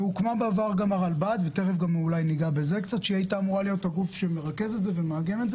בעבר הוקמה גם הרלב"ד שהיתה אמורה להיות גוף שמרכז ומעגן את זה,